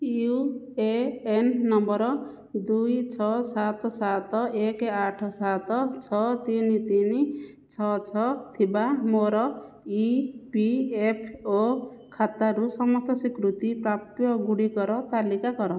you A N number ଦୁଇ ଛଅ ସାତ ସାତ ଏକେ ଆଠ ସାତ ଛଅ ତିନି ତିନି ଛଅ ଛଅ ଥିବା ମୋର ଇ ପି ଏଫ୍ ଓ ଖାତାରୁ ସମସ୍ତ ସ୍ଵୀକୃତ ପ୍ରାପ୍ୟ ଗୁଡ଼ିକର ତାଲିକା କର